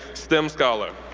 stem scholar.